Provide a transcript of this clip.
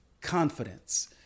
confidence